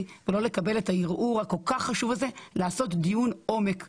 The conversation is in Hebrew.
ולא לקבל את הערעור הכול כך חשוב הזה לקיים דיון עומק בתחום,